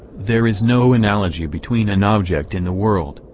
there is no analogy between an object in the world,